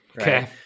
Okay